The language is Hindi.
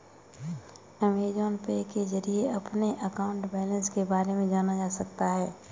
अमेजॉन पे के जरिए अपने अकाउंट बैलेंस के बारे में जाना जा सकता है